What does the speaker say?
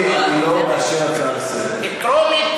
אני מבקש, לא מאשר, תודה.